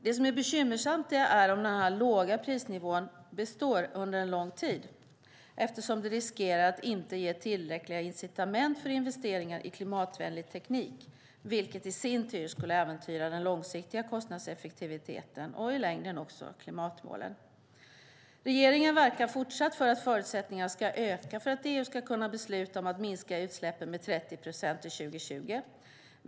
Det är dock bekymmersamt om den låga prisnivån består under en lång tid eftersom det riskerar att inte ge tillräckliga incitament för investeringar i klimatvänlig teknik, vilket i sin tur skulle äventyra den långsiktiga kostnadseffektiviteten och i längden också klimatmålen. Regeringen verkar fortsatt för att förutsättningarna ska öka för att EU ska kunna besluta om att minska utsläppen med 30 procent till 2020.